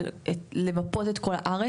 למפות את כל הארץ.